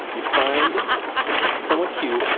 you find someone cute,